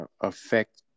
affect